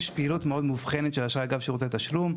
יש פעילות מאוד מובחנת של אשראי אגב שירותי תשלום,